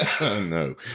No